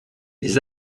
les